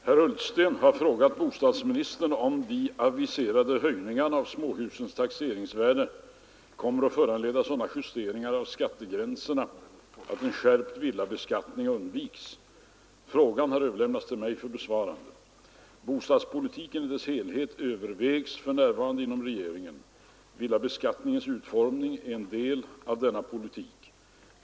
Herr talman! Herr Ullsten har frågat bostadsministern om de aviserade höjningarna av småhusens taxeringsvärden kommer att föranleda sådana justeringar av skattegränserna att en skärpt villabeskattning undvikes. Frågan har överlämnats till mig för besvarande. Bostadspolitiken i dess helhet övervägs för närvarande inom regeringen. Villabeskattningens utformning är en del av denna problematik.